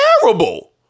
terrible